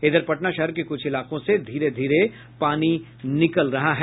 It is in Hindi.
इधर पटना शहर के कुछ इलाकों से धीरे धीरे पानी निकल रहा है